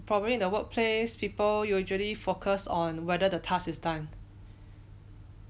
probably in the workplace people usually focus on whether the task is done